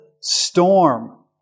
storm